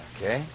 Okay